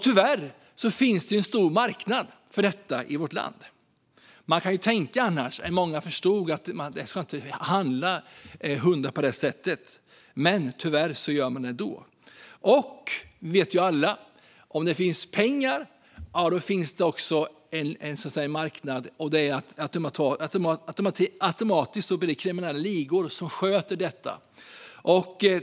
Tyvärr finns det en stor marknad för dessa hundar i vårt land. Även om vi kan tänka att många har förstått att man inte ska köpa hundar på detta sätt gör de tyvärr det ändå. Alla vet att om det finns pengar att tjäna finns det också en marknad, och automatiskt blir det kriminella ligor som sköter detta.